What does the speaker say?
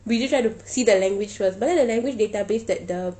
we just try to see the language first but then the language database that the